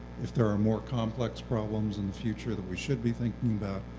if there are more complex problems in the future that we should be thinking about,